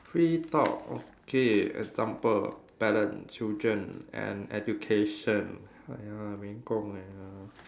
free talk okay example parents children and education !aiya! 没空 !aiya!